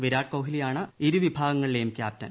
വിരാട് കോഹ്ലിയാണ് ഇരു വിഭാഗങ്ങളിലെയും ക്യാപ്റ്റൻ